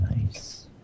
Nice